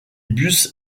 bus